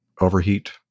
overheat